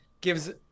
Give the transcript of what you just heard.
gives